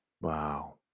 Wow